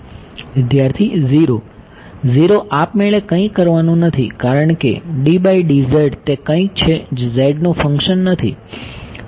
વિદ્યાર્થી 0 0 આપમેળે કંઇ કરવાનું નથી કારણ કે તે કંઈક છે જે z નું ફંક્શન નથી